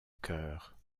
cœur